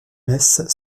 messe